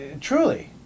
truly